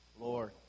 Lord